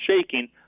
shaking